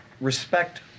respect